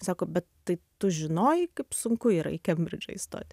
sako bet tai tu žinojai kaip sunku yra į kembridžą įstoti